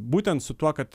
būtent su tuo kad